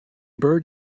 bird